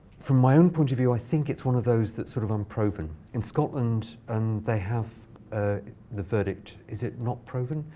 from my own point of view, i think it's one of those that's sort of unproven. in scotland, and they have the verdict, is it not proven?